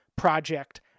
project